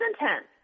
intense